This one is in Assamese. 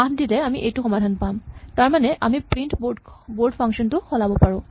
আঠ দিলে আমি এইটো সমাধান পাম তাৰমানে আমি প্ৰিন্ট বৰ্ড ফাংচন টো সলাব পাৰো